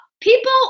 People